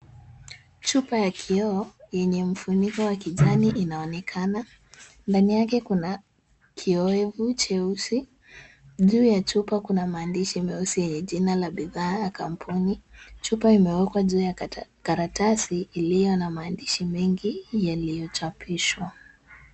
Chupa ya kioo yenye mfuniko ya kijani inaonekana, ndani yake kuna kiyowevu cheusi, juu ya chupa kuna maandishi meusi yenye jina la bidhaa na kampuni. Chupa imewekwa juu ya karatasi iliyo na maandishi mengi yaliyochapishwa.